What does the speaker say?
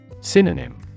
Synonym